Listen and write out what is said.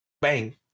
bang